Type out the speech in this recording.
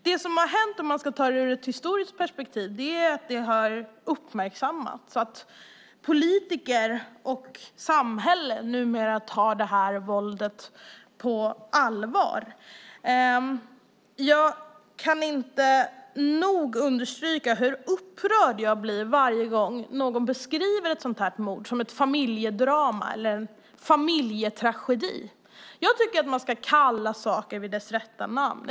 Det som har hänt, om man ska se på det ur ett historiskt perspektiv, är att det har uppmärksammats och att politiker och samhälle numera tar det här våldet på allvar. Jag kan inte nog understryka hur upprörd jag blir varje gång någon beskriver ett sådant här mord som ett familjedrama eller en familjetragedi. Jag tycker att man ska kalla saker vid deras rätta namn.